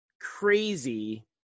crazy